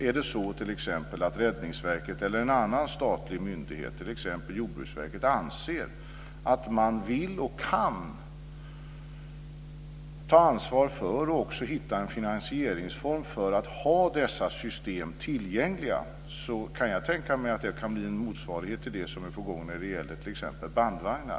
Är det så att Räddningsverket eller en annan statlig myndighet, t.ex. Jordbruksverket, anser att man vill och kan ta ansvar för och också hitta en finansieringsform för att ha dessa system tillgängliga kan jag tänka mig att det kan bli en motsvarighet till det som är på gång när det gäller t.ex. bandvagnar.